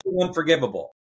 unforgivable